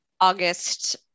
August